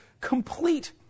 complete